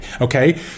okay